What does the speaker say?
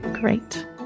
Great